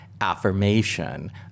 affirmation